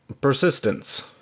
persistence